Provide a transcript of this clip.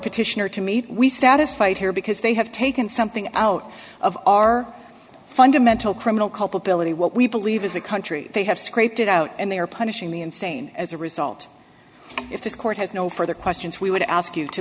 petitioner to meet we satisfied here because they have taken something out of our fundamental criminal culpability what we believe is a country they have scraped it out and they are punishing the insane as a result if this court has no further questions we would ask you to